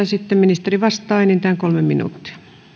sitten ministeri vastaa enintään kolme minuuttia